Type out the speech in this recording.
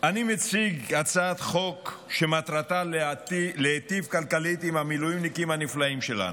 אני מציג הצעת חוק שמטרתה להיטיב כלכלית עם המילואימניקים הנפלאים שלנו,